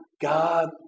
God